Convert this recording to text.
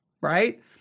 right